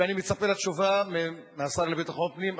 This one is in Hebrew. ואני מצפה לתשובה מהשר לביטחון פנים.